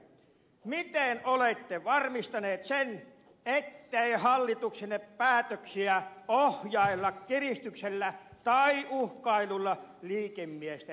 miten olette varmistanut sen ettei hallituksenne päätöksiä ohjailla kiristyksellä tai uhkailulla liikemiesten taholta